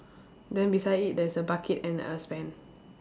then beside it there's a bucket and a spade